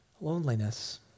loneliness